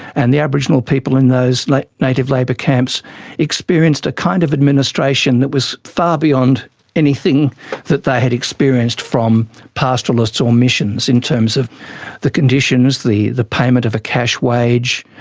and the aboriginal people in those like native labour camps experienced a kind of administration that was far beyond anything that they had experienced from pastoralists or missions, in terms of the conditions, the the payment of a cash wage,